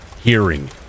hearing